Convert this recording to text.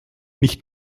nicht